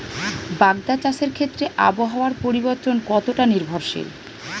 বাগদা চাষের ক্ষেত্রে আবহাওয়ার পরিবর্তন কতটা নির্ভরশীল?